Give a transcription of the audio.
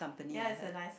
ya it's nice